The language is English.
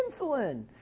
Insulin